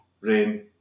rain